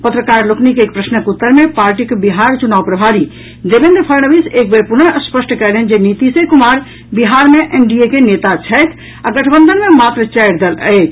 पत्रकार लोकनिक एक प्रश्नक उत्तर मे पार्टी के बिहार चुनाव प्रभारी देवेन्द्र फड़णवीस एक बेर पुनः स्पष्ट कयलनि जे नीतीश कुमार बिहार मे एनडीए के नेता छथि आ गठबंधन मे मात्र चारि दल अछि